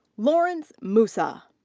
lawrence musa.